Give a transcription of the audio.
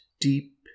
deep